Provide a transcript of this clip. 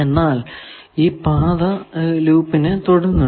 എന്നാൽ ഈ പാത ലൂപ്പിനെ തൊടുന്നുണ്ട്